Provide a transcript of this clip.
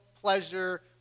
pleasure